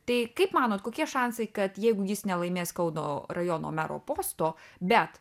tai kaip manot kokie šansai kad jeigu jis nelaimės kauno rajono mero posto bet